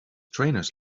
trainers